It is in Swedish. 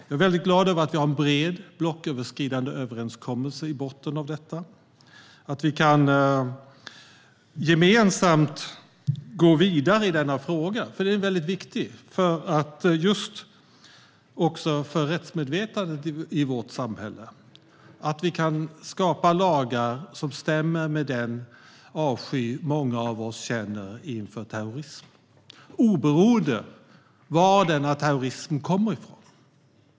Jag är glad att vi i botten har en bred blocköverskridande överenskommelse om detta och att vi gemensamt kan gå vidare i denna fråga. Det är nämligen väldigt viktigt, också för just rättsmedvetandet i vårt samhälle, att vi kan skapa lagar som stämmer med den avsky många av oss känner inför terrorism. Detta gäller oberoende av var denna terrorism kommer ifrån.